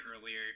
earlier